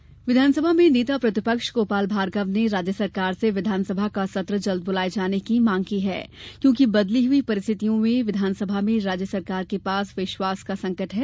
गोपाल भार्गव विधानसभा में नेता प्रतिपक्ष गोपाल भार्गव ने राज्य सरकार से विधानसभा का सत्र जल्द बुलाये जाने की मांग की है क्योंकि बदली हुई परिस्थितियों में विधानसभा में राज्य सरकार के पास विश्वास का संकट है